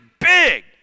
big